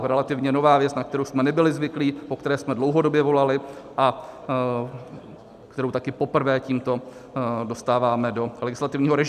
Relativně nová věc, na kterou jsme nebyli zvyklí, po které jsme dlouhodobě volali a kterou také poprvé tímto dostáváme do legislativního režimu.